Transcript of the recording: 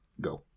Go